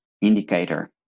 indicator